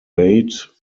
bait